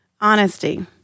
Honesty